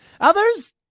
Others